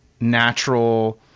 natural